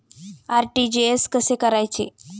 RTGS कसे करायचे?